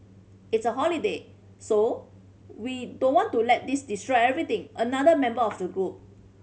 it's a holiday so we don't want to let this destroy everything another member of the group